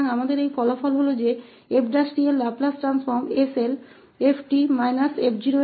तो हमारे पास यह परिणाम है कि 𝑓′𝑡 का लाप्लास परिवर्तन 𝑠𝐿𝑓𝑡 𝑓 के बराबर है